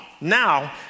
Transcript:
Now